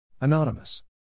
Anonymous